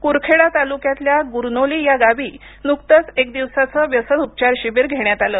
क्रखेडा तालुक्यातल्या गुरनोली या गावी नुकतंच एक दिवसाचं व्यसन उपचार शिबिर घेण्यात आलं